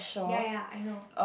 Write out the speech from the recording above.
ya ya I know